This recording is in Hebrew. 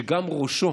שגם ראשו